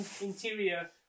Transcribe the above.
interior